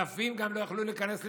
אלפים גם לא יכלו להיכנס למירון.